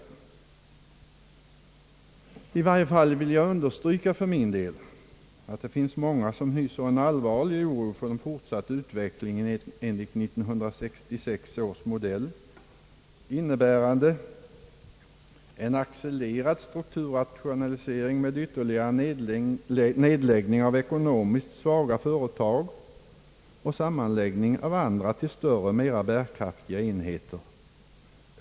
Jag vill för min del understryka att det finns många som hyser en allvarlig oro för den fortsatta utvecklingen enligt 1966 års modell, innebärande en accelererad strukturrationalisering med ytterligare nedläggning av ekonomiskt svaga företag och sammanläggning av andra till större och bärkraftigare en heter.